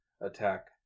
attack